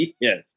Yes